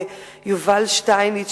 יובל שטייניץ,